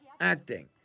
acting